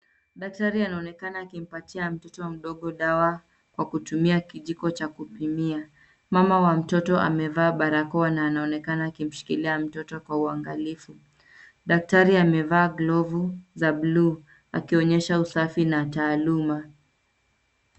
Daktari anaonekana akimpatia mtoto mdogo dawa kwa kutumia kijiko cha kupimia. Mama wa mtoto amevaa barakoa na anaonekana akimshikilia mtoto kwa uangalifu. Daktari amevaa glovu za bluu akionyesha usafi na taaluma.